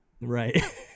right